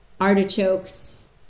artichokes